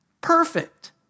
perfect